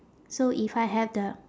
so if I have the